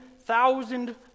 thousand